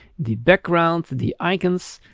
the background, the icons,